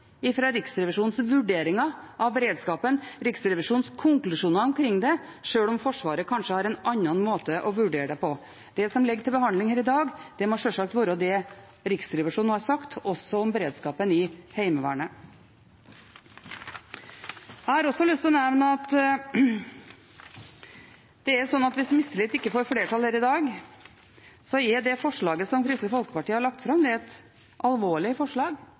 Riksrevisjonens vurderinger av beredskapen, Riksrevisjonens konklusjoner omkring den, sjøl om Forsvaret kanskje har en annen måte å vurdere den på. Det som ligger til behandling i dag, må sjølsagt være det Riksrevisjonen har sagt, også om beredskapen i Heimevernet. Jeg har også lyst til å nevne at hvis mistillitsforslaget ikke får flertall i dag, er det forslaget som Kristelig Folkeparti har lagt fram, et alvorlig forslag, så alvorlig som det kan bli uten å være et mistillitsforslag. Det er et forslag